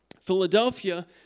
Philadelphia